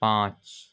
पाँच